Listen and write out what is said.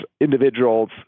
individuals